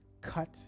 cut